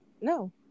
No